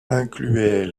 incluait